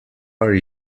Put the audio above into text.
are